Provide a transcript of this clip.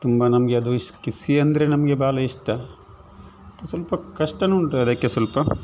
ತುಂಬ ನಮಗೆ ಅದು ಇಶ್ ಕೃಷಿ ಅಂದರೆ ನಮಗೆ ಭಾಳ ಇಷ್ಟ ಸ್ವಲ್ಪ ಕಷ್ಟ ಉಂಟು ಅದಕ್ಕೆ ಸ್ವಲ್ಪ